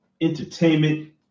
entertainment